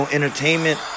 Entertainment